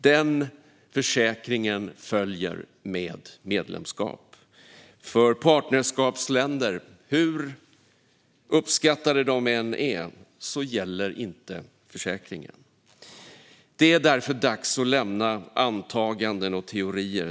Den försäkringen följer med ett medlemskap. För partnerskapsländer, hur uppskattade de än är, gäller inte försäkringen. Det är därför dags att lämna antaganden och teorier.